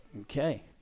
Okay